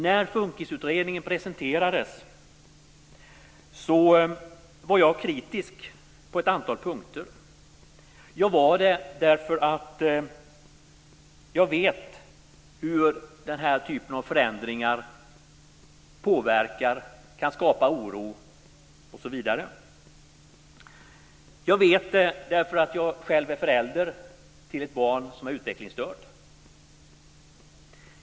När FUNKIS-utredningen presenterades var jag kritisk på ett antal punkter. Jag var det därför att jag vet hur den här typen av förändringar påverkar, kan skapa oro osv. Jag vet det därför att jag själv är förälder till ett barn som är utvecklingsstört.